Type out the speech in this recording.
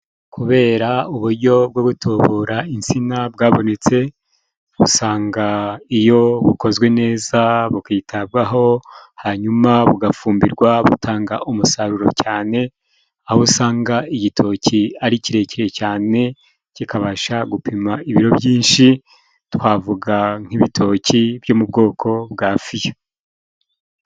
Kubera uburyo bwo gutubura insina bwabonetse, usanga iyo bukozwe neza bukitabwaho hanyuma bugafumbirwa butanga umusaruro, cyane aho usanga igitoki ari kirekire cyane kikabasha gupima ibiro byinshi, twavuga nk'ibitoki byo mu bwoko bwa fiya.